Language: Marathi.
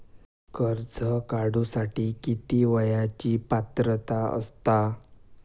कर्ज काढूसाठी किती वयाची पात्रता असता?